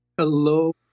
Hello